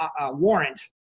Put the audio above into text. warrant